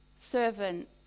servant